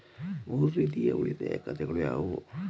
ಮೂರು ರೀತಿಯ ಉಳಿತಾಯ ಖಾತೆಗಳು ಯಾವುವು?